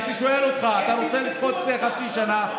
הייתי שואל אותך אם אתה רוצה לדחות את זה בחצי שנה.